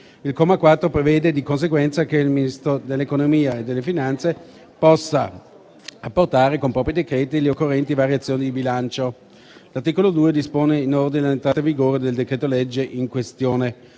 Il comma 4 prevede di conseguenza che il Ministro dell'economia e delle finanze possa apportare, con propri decreti, le occorrenti variazioni di bilancio. L'articolo 2 dispone inoltre l'entrata vigore del decreto-legge in questione.